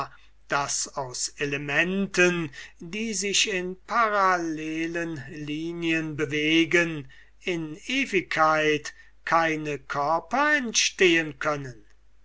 daß aus elementen die sich in parallelen linien bewegen in ewigkeit keine körper entstehen können